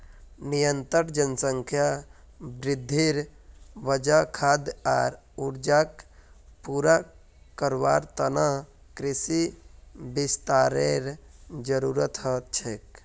निरंतर जनसंख्या वृद्धिर वजह खाद्य आर ऊर्जाक पूरा करवार त न कृषि विस्तारेर जरूरत ह छेक